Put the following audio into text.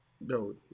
No